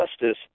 justice